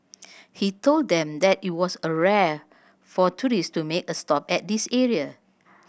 he told them that it was a rare for tourists to make a stop at this area